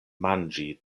manĝi